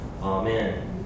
amen